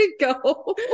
go